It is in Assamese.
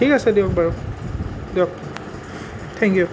ঠিক আছে দিয়ক বাৰু দিয়ক থেংক ইউ